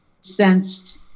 sensed